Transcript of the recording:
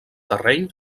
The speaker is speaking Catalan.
terreny